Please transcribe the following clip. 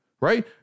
right